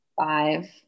five